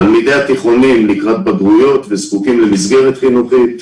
תלמידי התיכונים לקראת בגרויות וזקוקים למסגרת חינוכית.